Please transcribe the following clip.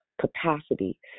capacity